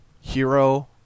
Hero